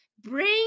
Bring